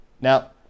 Now